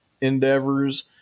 endeavors